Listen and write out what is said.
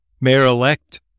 mayor-elect